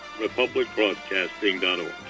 republicbroadcasting.org